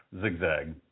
ZigZag